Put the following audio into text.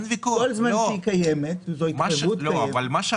כל זמן שהיא קיימת זו התחייבות קיימת.